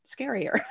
scarier